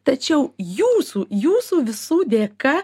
tačiau jūsų jūsų visų dėka